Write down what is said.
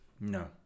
no